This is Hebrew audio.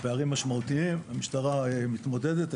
פערים משמעותיים, המשטרה מתמודדת.